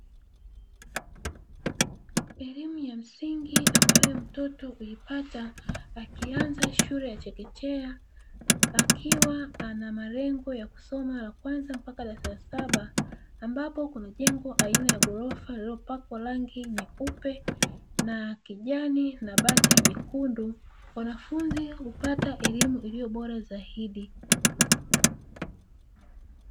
Elimu ya msingi ambayo mtoto huipata akianza shule ya chekechea, akiwa ana malengo ya kusoma la kwanza mpka darasa la saba ambapo kuna jengo aina ya ghorofa lililopakwa rangi nyeupe na kijani na bati yekundu mwanafunzi hupata elimu iliyo bora zaidi.